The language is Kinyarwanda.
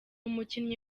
umukinnyi